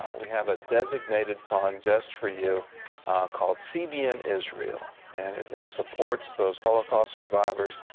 we have a designated fund just for you called cbn israel. and it supports those holocaust survivors.